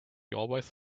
always